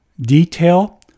detail